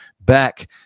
back